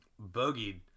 bogeyed